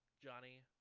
Johnny